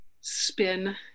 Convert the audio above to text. spin